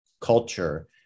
culture